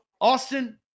Austin